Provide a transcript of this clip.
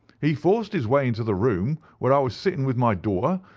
he forced his way into the room, where i was sitting with my daughter,